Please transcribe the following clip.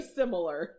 similar